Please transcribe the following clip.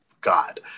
God